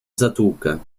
zatłukę